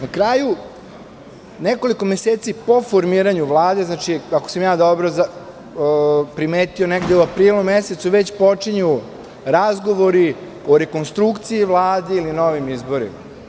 Na kraju, nekoliko meseci po formiranju Vlade, ako sam ja dobro primetio, negde u aprilu mesecu već počinju razgovori o rekonstrukciji Vlade ili novim izborima.